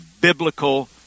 biblical